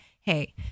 hey